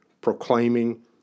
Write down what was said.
proclaiming